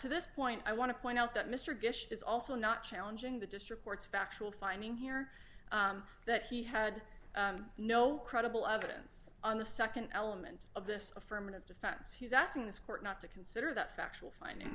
to this point i want to point out that mr gish is also not challenging the district court's factual finding here that he had no credible evidence on the nd element of this affirmative defense he's asking this court not to consider that factual finding